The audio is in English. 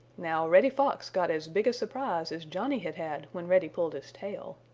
now, reddy fox got as big a surprise as johnny had had when reddy pulled his tail.